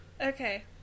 Okay